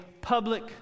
public